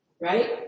right